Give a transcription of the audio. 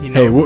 Hey